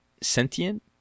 Sentient